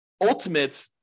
ultimate